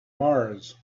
mars